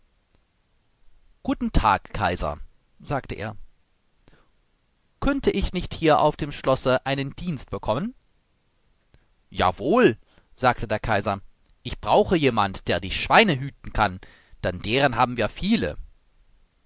guten tag kaiser sagte er könnte ich nicht hier auf dem schlosse einen dienst bekommen jawohl sagte der kaiser ich brauche jemand der die schweine hüten kann denn deren haben wir viele